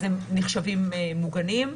אז הם נחשבים מוגנים.